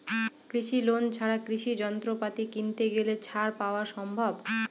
কৃষি লোন ছাড়া কৃষি যন্ত্রপাতি কিনতে গেলে ছাড় পাওয়া সম্ভব?